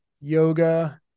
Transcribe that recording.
yoga